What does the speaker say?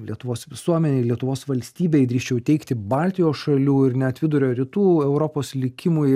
lietuvos visuomenei lietuvos valstybei drįsčiau teigti baltijos šalių ir net vidurio rytų europos likimui